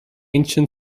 ancient